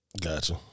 Gotcha